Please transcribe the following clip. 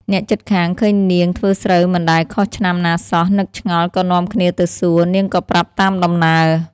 អ្នកជិតខាង ឃើញនាងធ្វើស្រូវមិនដែលខុសឆ្នាំណាសោះ នឹកឆ្ងល់ ក៏នាំគ្នាទៅសួរ នាងក៏ប្រាប់តាមដំណើរ។